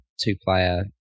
two-player